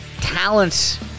talents